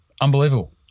Unbelievable